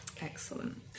Excellent